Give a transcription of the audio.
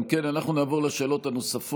אם כן, אנחנו נעבור לשאלות הנוספות.